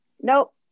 Nope